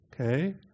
okay